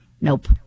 nope